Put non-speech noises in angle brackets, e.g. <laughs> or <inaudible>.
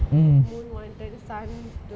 mm <laughs>